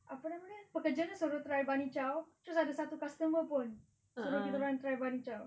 apa nama dia pekerja dia suruh try bunny chow terus ada satu customer pun suruh kita orang try bunny chow